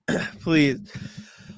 Please